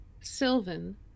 Sylvan